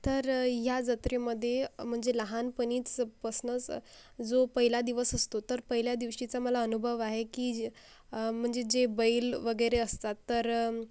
तर या जत्रेमध्ये म्हणजे लहानपणीच पासनंच जो पहिला दिवस असतो तर पहिल्या दिवशीचा मला अनुभव आहे की म्हणजे जे बैल वगैरे असतात तर